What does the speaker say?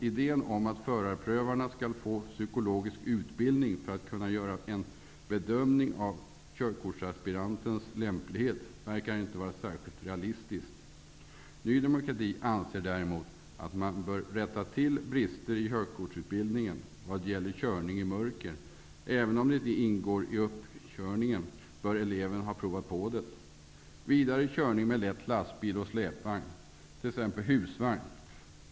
Idén om att förarprövarna skall få psykologisk utbildning för att kunna göra en bedömning av körkortsaspirantens lämplighet verkar inte vara särskilt realistisk. Ny demokrati anser däremot att man bör rätta till bristerna i körkortsutbildningen vad gäller körning i mörker. Även om det inte ingår i uppkörningen bör eleven ha provat på det. Vidare har vi körning med lätt lastbil och släpvagn, t.ex. husvagn.